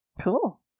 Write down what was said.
Cool